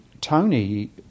Tony